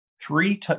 three